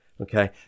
Okay